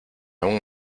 aún